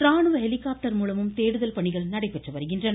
ராணுவ ஹெலிகாப்டர்மூலமும் தேடுதல் பணிகள் நடைபெற்று வருகின்றன